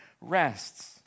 rests